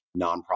nonprofit